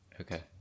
okay